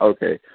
Okay